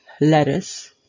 lettuce